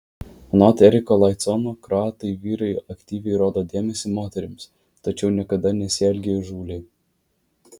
anot eriko laicono kroatai vyrai aktyviai rodo dėmesį moterims tačiau niekada nesielgia įžūliai